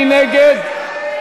מי נגד?